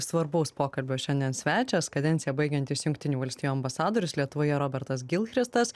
svarbaus pokalbio šiandien svečias kadenciją baigiantis jungtinių valstijų ambasadorius lietuvoje robertas gilchrestas